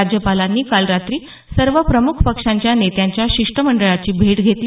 राज्यपालांनी काल रात्री सर्व प्रमुख पक्षांच्या नेत्यांच्या शिष्टमंडळाची भेट घेतली